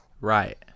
Right